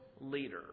leader